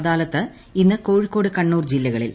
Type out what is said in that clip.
അദാലത്ത് ഇന്ന് ക്കോഴിക്കോട് കണ്ണൂർ ജില്ലകളിൽ